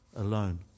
alone